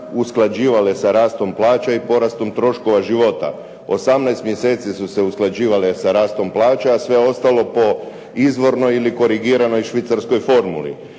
usklađivale sa rastom plaća i porastom troškova života. 18 mjeseci su se usklađivale sa rastom plaća, a sve ostalo po izvornoj ili korigiranoj švicarskoj formuli.